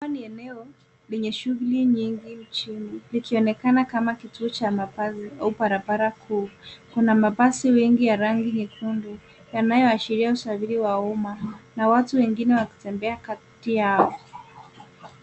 Hapa ni eneo lenye shughuli nyingi nchini likionekana kama kituo cha mabasi au barabara kuu. Kuna mabasi mengi ya rangi nyekundu yanayoashiria usafiri wa umma na watu wengi wakitembea kati yao.